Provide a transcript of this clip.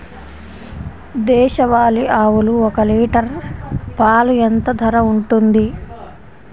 దేశవాలి ఆవులు ఒక్క లీటర్ పాలు ఎంత ధర ఉంటుంది?